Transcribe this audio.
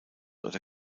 oder